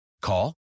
Call